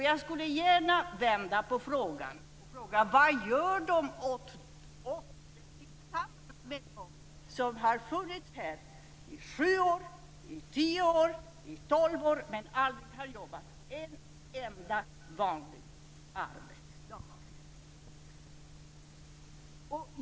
Jag skulle gärna vända på frågan och fråga: Vad gör man tillsammans med dem som har funnits här i 7, 10 eller 12 år och aldrig har jobbat en enda vanlig arbetsdag?